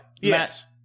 Yes